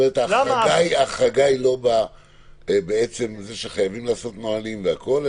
אומרת שההחרגה היא לא בזה שחייבים לעשות נהלים וכל זה,